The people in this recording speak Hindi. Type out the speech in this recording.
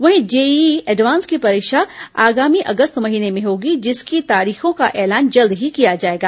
वहीं जेईई एडवान्स की परीक्षा आगामी अगस्त महीने में होगी जिसकी तारीखों का ऐलान जल्द ही किया जाएगा